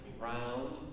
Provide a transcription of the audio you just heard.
round